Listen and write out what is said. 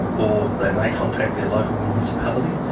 um or they may contact the local municipality,